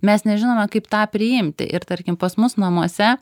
mes nežinome kaip tą priimti ir tarkim pas mus namuose